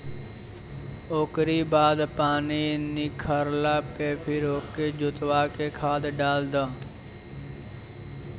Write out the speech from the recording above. ओकरी बाद पानी निखरला पे फिर ओके जोतवा के खाद डाल दअ